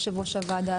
יושב-ראש הוועדה,